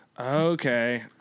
Okay